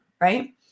right